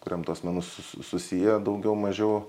kuriam tuos menus su susiję daugiau mažiau